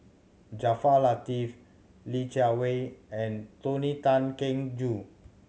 Jaafar Latiff Li Jiawei and Tony Tan Keng Joo